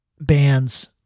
bands